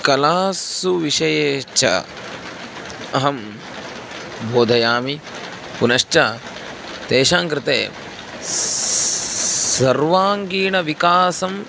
कलासु विषये च अहं बोधयामि पुनश्च तेषां कृते सर्वाङ्गीणविकासम्